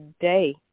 day